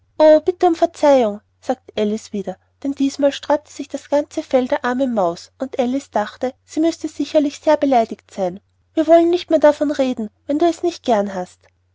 bitte um verzeihung sagte alice wieder denn diesmal sträubte sich das ganze fell der armen maus und alice dachte sie müßte sicherlich sehr beleidigt sein wir wollen nicht mehr davon reden wenn du es nicht gern hast